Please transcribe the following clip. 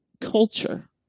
culture